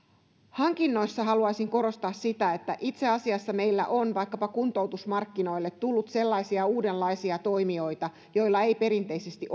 hankinnoissa haluaisin korostaa sitä että itse asiassa meillä on vaikkapa kuntoutusmarkkinoille tullut sellaisia uudenlaisia toimijoita joilla ei perinteisesti